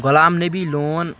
Ghulam Nabi لون